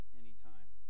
anytime